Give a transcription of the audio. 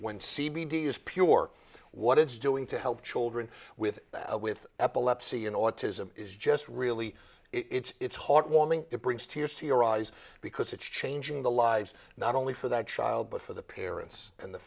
is pure what it's doing to help children with that with epilepsy and autism is just really it's heartwarming it brings tears to your eyes because it's changing the lives not only for that child but for the parents and the